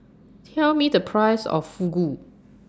Tell Me The Price of Fugu